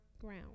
ground